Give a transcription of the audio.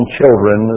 children